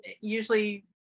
usually